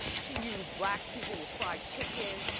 she used black people with fried chicken.